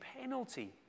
penalty